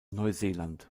neuseeland